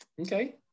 Okay